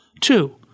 Two